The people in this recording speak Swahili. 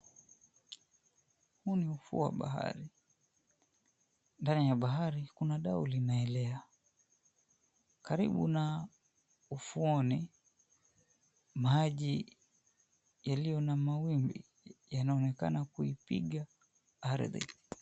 Huu ni ufuo wa bahari, ndani ya bahari kuna dau linaelea karibu na ufuoni maji yaliyo na mawimbi yanaonekana kuipiga ardhi.